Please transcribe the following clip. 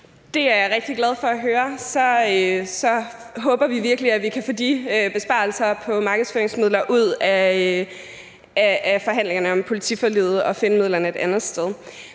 Det er jeg rigtig glad for at høre. Så håber vi virkelig, at vi kan få de besparelser på markedsføringsmidler ud af forhandlingerne om politiforliget og finde midlerne et andet sted.